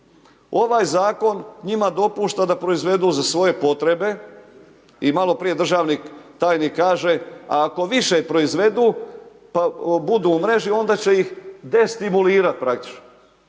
Ovaj zakon njima dopušta da proizvedu za svoje potrebe i maloprije državni tajnik kaže, ako više proizvedu, pa budu u mreži onda će ih destimulirati praktični.